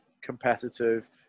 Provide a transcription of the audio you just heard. competitive